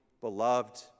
beloved